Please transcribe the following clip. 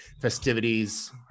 festivities